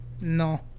no